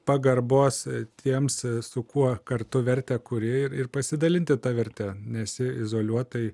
pagarbos tiems su kuo kartu vertę kuri ir pasidalinti ta verte nesi izoliuotai